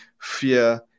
fear